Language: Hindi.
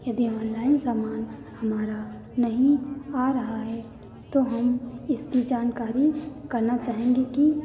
यदि ऑनलाइन सामान हमारा नहीं आ रहा है तो हम इसकी जानकारी करना चाहेंगे कि